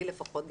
לפחות אני,